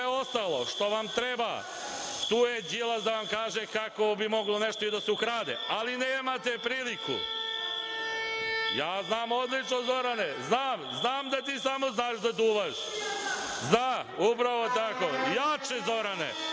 ostalo što vam treba, tu je Đilas da vam kaže kako bi moglo nešto i da se ukrade, ali nemate priliku. Znam odlično, Zorane, znam, znam da ti samo znaš da duvaš. Znam, upravo tako. Jače, Zorane,